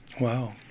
Wow